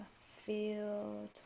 field